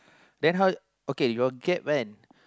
then how okay your gap kan